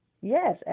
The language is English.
Yes